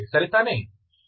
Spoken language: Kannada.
ಸರಿ ತಾನೇ